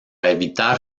evitar